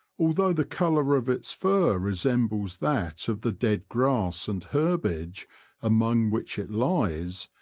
although the colour of its fur re sembles that of the dead grass and herbage among which it lies,